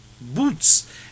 boots